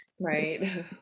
Right